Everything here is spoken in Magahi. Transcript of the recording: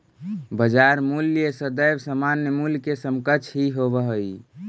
बाजार मूल्य सदैव सामान्य मूल्य के समकक्ष ही होवऽ हइ